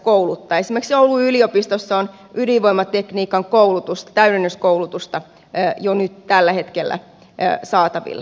esimerkiksi oulun yliopistossa on ydinvoimatekniikan täydennyskoulutusta jo nyt tällä hetkellä saatavilla